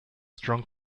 strong